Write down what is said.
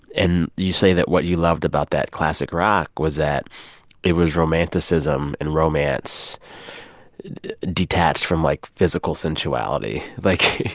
and you say that what you loved about that classic rock was that it was romanticism and romance detached from, like, physical sensuality. like.